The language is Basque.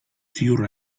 ziur